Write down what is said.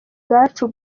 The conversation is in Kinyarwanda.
bwacu